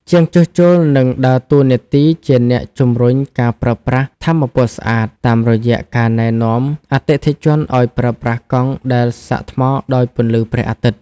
ជាងជួសជុលនឹងដើរតួនាទីជាអ្នកជំរុញការប្រើប្រាស់ថាមពលស្អាត តាមរយៈការណែនាំអតិថិជនឱ្យប្រើប្រាស់កង់ដែលសាកថ្មដោយពន្លឺព្រះអាទិត្យ។